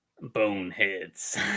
Boneheads